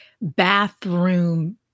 bathroom